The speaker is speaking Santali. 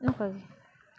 ᱱᱚᱝᱠᱟ ᱜᱮ